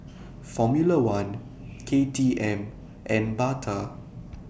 Formula one K T M and Bata